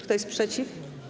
Kto jest przeciw?